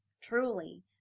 Truly